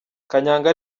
kanyanga